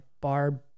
Barb